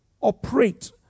operate